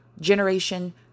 generation